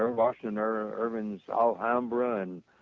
ah and washington irving's alhambra and